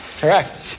Correct